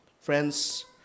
Friends